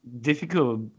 difficult